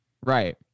Right